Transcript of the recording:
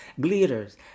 glitters